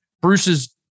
Bruce's